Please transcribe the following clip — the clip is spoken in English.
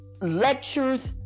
lectures